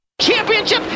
Championship